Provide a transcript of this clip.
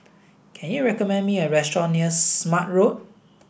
can you recommend me a restaurant near Smart Road